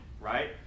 right